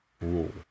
rule